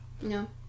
No